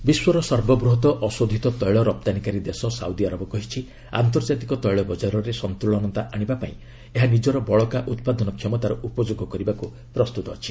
Saudi oil ବିଶ୍ୱର ସର୍ବବୃହତ ଅଶୋଧିତ ତୈଳ ରପ୍ତାନୀକାରୀ ଦେଶ ସାଉଦି ଆରବ କହିଛି ଆନ୍ତର୍ଜାତିକ ତୈଳ ବଜାରରେ ସନ୍ତୁଳନତା ଆଣିବା ପାଇଁ ଏହା ନିଜର ବଳକା ଉତ୍ପାଦନ କ୍ଷମତାର ଉପଯୋଗ କରିବାକୁ ପ୍ରସ୍ତୁତ ଅଛି